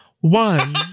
One